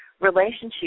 relationship